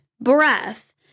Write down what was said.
breath